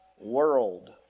world